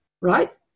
right